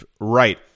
right